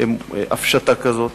הפשטה כזאת.